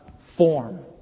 form